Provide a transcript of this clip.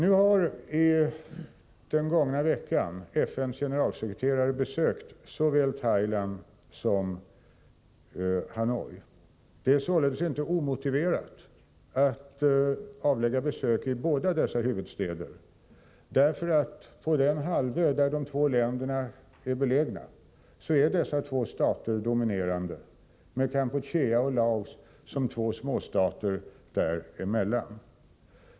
Under den gångna veckan har FN:s generalsekreterare besökt såväl Thailand som Hanoi. Det är således inte omotiverat att avlägga besök i båda dessa huvudstäder, eftersom dessa två stater är dominerande på den halvö där de är belägna med Kampuchea och Laos som två småstater däremellan.